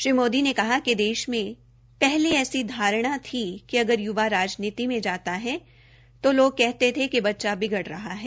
श्री मोदी ने कहा कि देश में पहले ऐसी धारणा थी कि अगर राजनीति मे जाता था तो लोग कहते थे कि बच्चा बिगड़ गया है